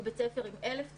קחו בית ספר עם 1,000 תלמידים,